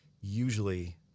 usually